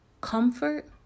comfort